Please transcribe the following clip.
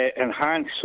enhance